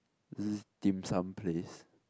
it is dim sum place